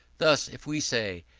thus, if we say,